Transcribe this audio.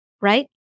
right